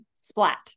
splat